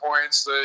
points